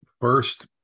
first